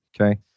okay